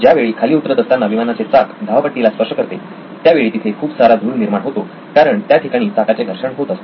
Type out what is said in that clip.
ज्यावेळी खाली उतरत असताना विमानाचे चाक धावपट्टी ला स्पर्श करते त्यावेळी तिथे खूप सारा धूर निर्माण होतो कारण त्या ठिकाणी चाकाचे घर्षण होत असते